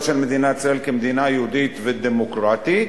של מדינת ישראל מדינה יהודית ודמוקרטית,